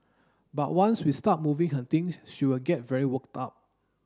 but once we start moving her things she will get very worked up